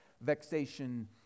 vexation